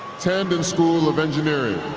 tandon school of engineering